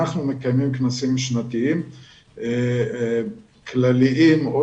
אנחנו מקיימים כנסים שנתיים כלליים או